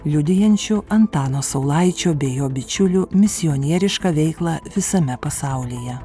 liudijančių antano saulaičio bei jo bičiulių misionierišką veiklą visame pasaulyje